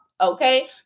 okay